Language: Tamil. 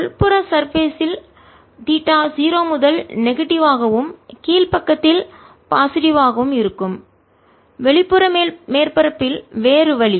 உட்புற சர்பேஸ் இல் மேற்பரப்பில் தீட்டா 0 முதல் நெகட்டிவ் எதிர்மறை கவும் கீழ் பக்கத்தில் பாசிட்டிவ் நேர்மறை யாகவும் இருக்கும் வெளிப்புற மேற்பரப்பில் வேறு வழி